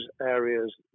areas